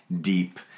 deep